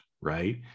right